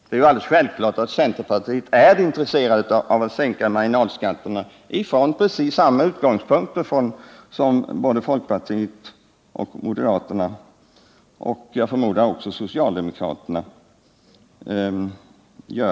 Det är ju alldeles självklart att centerpartiet är intresserat av att sänka marginalskatterna, från precis samma utgångspunkter som folkpartiet och moderaterna och jag förmodar också socialdemokraterna.